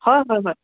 হয় হয় হয়